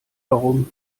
warum